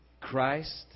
Christ